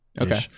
Okay